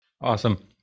Awesome